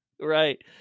Right